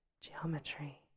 geometry